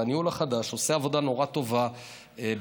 והניהול החדש עושה עבודה נורא טובה בשיווק,